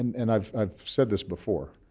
and and i've i've said this before.